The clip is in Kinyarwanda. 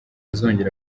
azongera